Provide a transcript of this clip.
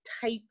type